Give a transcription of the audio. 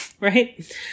right